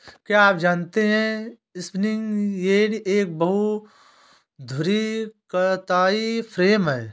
क्या आप जानते है स्पिंनिंग जेनि एक बहु धुरी कताई फ्रेम है?